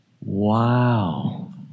Wow